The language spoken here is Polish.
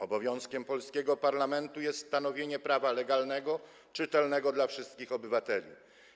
Obowiązkiem polskiego parlamentu jest stanowienie prawa legalnego, czytelnego dla wszystkich obywateli.